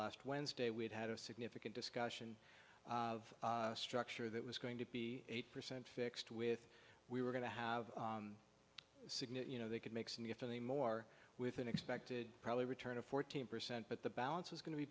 last wednesday we had had a significant discussion of structure that was going to be eight percent fixed with we were going to have significant they could make some if any more with an expected probably return of fourteen percent but the balance was going to be